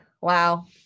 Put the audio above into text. Wow